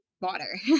water